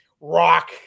rock